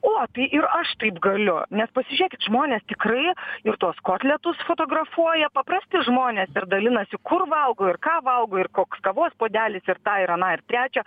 o tai ir aš taip galiu nes pasižiūrėkit žmonės tikrai ir tuos kotletus fotografuoja paprasti žmonės ir dalinasi kur valgo ir ką valgo ir koks kavos puodelis ir tą ir aną ir trečią